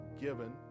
given